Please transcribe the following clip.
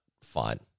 Fine